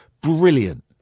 Brilliant